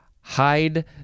hide